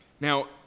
Now